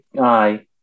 Aye